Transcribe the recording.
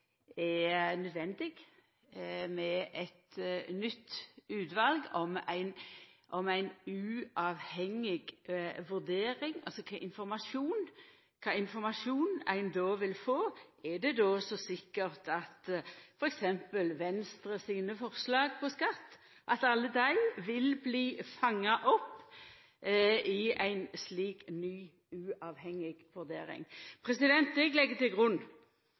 nødvendig med eit nytt utval, ei uavhengig vurdering – og kva informasjon ein då ville få. Er det så sikkert at f.eks. alle Venstres forslag til skatt ville bli fanga opp i ei slik ny uavhengig vurdering? Eg legg til grunn